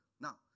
Now